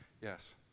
yes